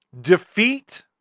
Defeat